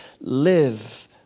live